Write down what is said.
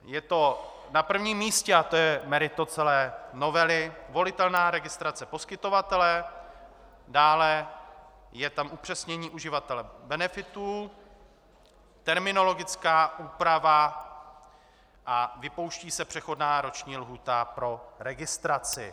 Je to na prvním místě, a to je meritum celé novely, volitelná registrace poskytovatele, dále je tam upřesnění uživatele benefitů, terminologická úprava a vypouští se přechodná roční lhůta pro registraci.